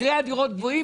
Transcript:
מחירי הדירות גבוהים?